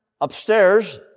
upstairs